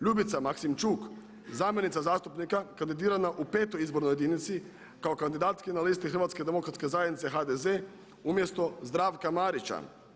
Ljubica Maksimčuk zamjenica zastupnika kandidirana u petoj izbornoj jedinici kao kandidatkinja na listi Hrvatske demokratske zajednice HDZ umjesto Zdravka Marića.